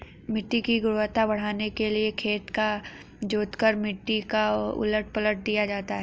मिट्टी की गुणवत्ता बढ़ाने के लिए खेत को जोतकर मिट्टी को उलट पलट दिया जाता है